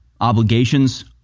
obligations